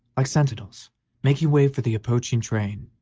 like sentinels making way for the approaching train,